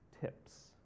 tips